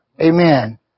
Amen